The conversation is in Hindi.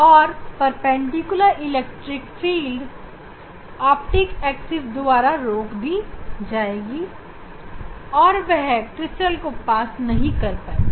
और perpendicular electric field optic axis द्वारा रोक दी जाएगी और वह क्रिस्टल को पास नहीं कर पाएगी